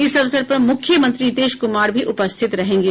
इस अवसर पर मुख्यमंत्री नीतीश कुमार भी उपस्थित रहेंगे